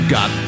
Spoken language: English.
Got